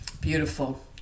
beautiful